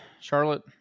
Charlotte